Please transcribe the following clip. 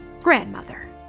grandmother